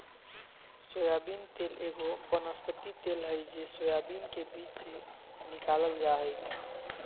soybean तेल एगो वनस्पति तेल हइ जे सोयाबीन के बीज से निकालल जा हइ